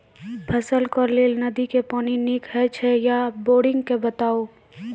फसलक लेल नदी के पानि नीक हे छै या बोरिंग के बताऊ?